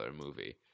movie